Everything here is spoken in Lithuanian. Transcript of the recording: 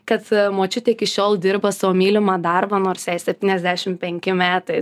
kad močiutė iki šiol dirba savo mylimą darbą nors jai septyniasdešim penki metai